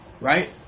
Right